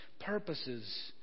purposes